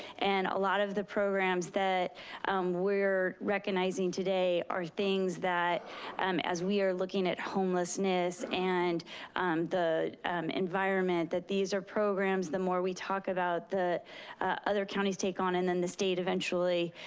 and a lot of the programs that we're recognizing today are things that um as we are looking at homelessness and the environment, that these are programs the more we talk about, the other counties take on, and then the state eventually